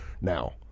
now